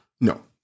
No